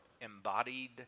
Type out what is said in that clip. embodied